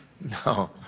No